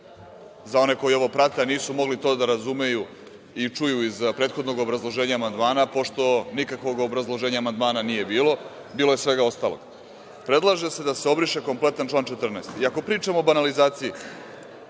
Za one koji ovo prate, a nisu mogli to da razumeju i čuju iz prethodnog obrazloženja amandmana, pošto nikakvog obrazloženja amandmana nije bilo, bilo je svega ostalog, predlaže se da se obriše kompletan član 14. Ako pričamo o banalizaciji